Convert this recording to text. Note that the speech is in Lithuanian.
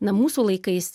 na mūsų laikais